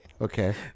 Okay